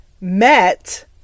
met